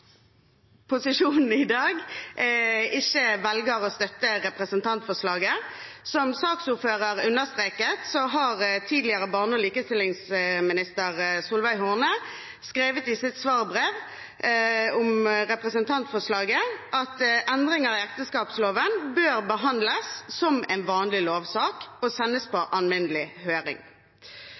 posisjonen i dag ikke velger å støtte representantforslaget. Som saksordføreren understreket, har tidligere barne- og likestillingsminister Solveig Horne skrevet i sitt svarbrev om representantforslaget at «endringer i ekteskapsloven bør behandles som en vanlig lovsak, og sendes på alminnelig høring».